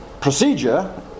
procedure